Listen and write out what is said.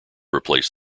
replace